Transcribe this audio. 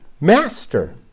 master